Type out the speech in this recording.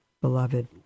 beloved